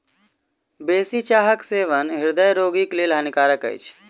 बेसी चाहक सेवन हृदय रोगीक लेल हानिकारक अछि